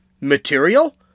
material